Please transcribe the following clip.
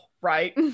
right